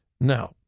Now